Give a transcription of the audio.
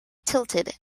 tilted